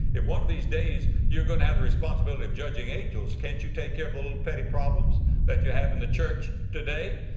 if one of these days you're going to have the responsibility of judging angels, can't you take little petty problems that you have in the church today?